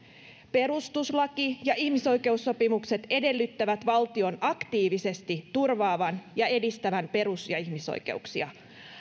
perustuslaki ja ihmisoikeussopimukset edellyttävät valtion aktiivisesti turvaavan ja edistävän perus ja ihmisoikeuksia